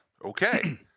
Okay